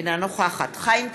אינה נוכחת חיים כץ,